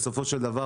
בסופו של דבר,